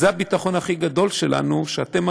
זה הביטחון הכי גדול שלנו שאתם,